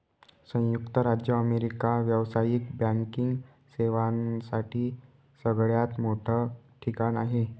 संयुक्त राज्य अमेरिका व्यावसायिक बँकिंग सेवांसाठी सगळ्यात मोठं ठिकाण आहे